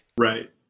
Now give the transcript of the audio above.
Right